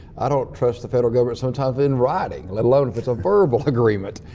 i don't trust the federal government sometimes in writing, let alone if it's a verbal agreement.